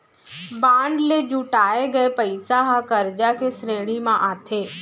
bond ले जुटाए गये पइसा ह करजा के श्रेणी म आथे